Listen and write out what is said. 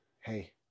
hey